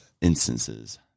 instances